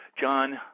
John